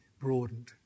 broadened